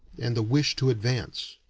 and the wish to advance.